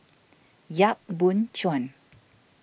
Yap Boon Chuan